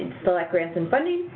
select grants and funding,